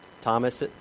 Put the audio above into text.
Thomas